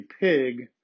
pig